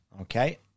Okay